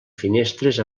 finestres